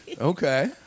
Okay